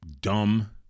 dumb